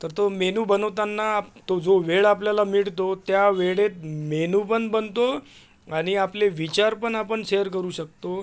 तर तो मेनू बनवताना तो जो वेळ आपल्याला मिळतो त्या वेळेत मेनू पण बनतो आणि आपले विचार पण आपण शेअर करू शकतो